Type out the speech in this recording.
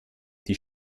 die